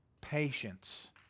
patience